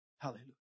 Hallelujah